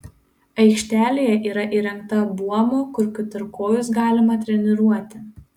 aikštelėje yra įrengta buomų kur keturkojus galima treniruoti